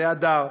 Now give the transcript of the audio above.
להדר,